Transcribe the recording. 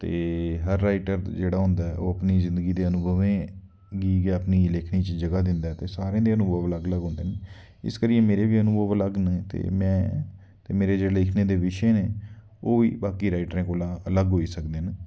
ते हर राईटर जेह्ड़ा होंदा ऐ ओह् अपनी जिन्दगी दे अनुभवें गी गै अपनी लेखनी च जगह् दिंदा ऐ ते सारें दे अनुभव अलग अलग होंदे न इस करियै मेरे बी अनुभव अलग न ते में ते मेरे जेह्ड़े लिखने दे बिशे न ओह् बी बाकी राईटरें कोला अलग होई सकदे न